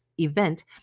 event